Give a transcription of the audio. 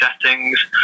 settings